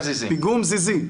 מפיגום זיזים.